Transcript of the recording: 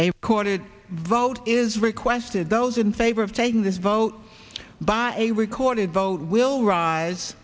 corded vote is requested those in favor of taking this vote by a recorded vote will rise